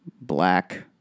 black